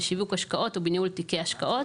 בשיווק השקעות ובניהול תיקי השקעות: